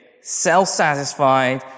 self-satisfied